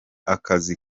akazi